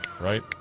right